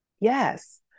yes